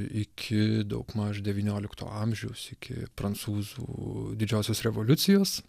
iki daugmaž devyniolikto amžiaus iki prancūzų didžiosios revoliucijos